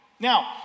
Now